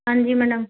ਹਾਂਜੀ ਮੈਡਮ